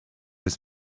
his